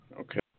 Okay